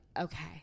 okay